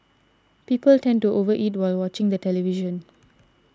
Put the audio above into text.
people tend to over eat while watching the television